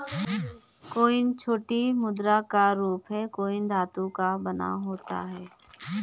coin छोटी मुद्रा का रूप है कॉइन धातु का बना होता है